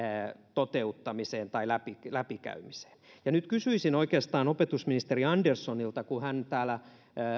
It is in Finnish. toteuttamiseen tai läpikäymiseen nyt kysyisin oikeastaan opetusministeri anderssonilta kun hän täällä